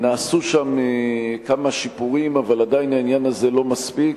נעשו שם כמה שיפורים, אבל עדיין זה לא מספיק.